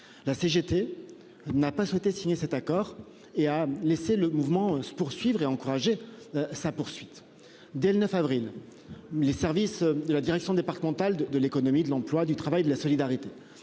la CGT n'a pas souhaité signer cet accord et a laissé le mouvement se poursuivre et encourager sa poursuite dès le 9 avril. Les services de la direction départementale de l'économie de l'emploi, du travail et de la solidarité